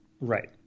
Right